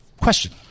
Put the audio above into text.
question